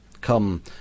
Come